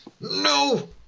No